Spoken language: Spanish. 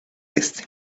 este